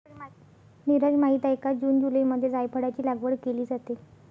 नीरज माहित आहे का जून जुलैमध्ये जायफळाची लागवड केली जाते